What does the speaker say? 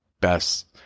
best